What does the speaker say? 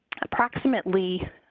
approximately